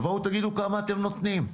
תבואו ותגידו כמה אתם נותנים.